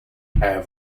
have